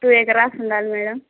two acres ఉండాలి madam